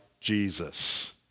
Jesus